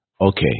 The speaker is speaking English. okay